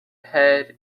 head